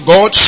God